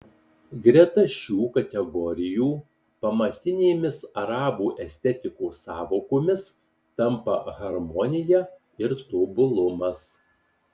greta šių kategorijų pamatinėmis arabų estetikos sąvokomis tampa harmonija ir tobulumas